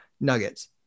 nuggets